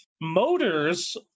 motors